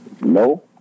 No